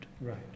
right